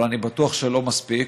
אבל אני בטוח שלא מספיק,